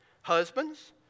Husbands